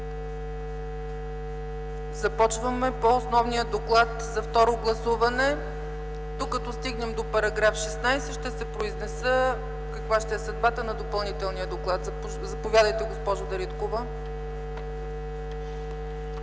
Започваме по основния доклад за второ гласуване. Докато стигнем до § 16 ще се произнеса каква ще е съдбата на допълнителния доклад. Заповядайте, госпожо Дариткова.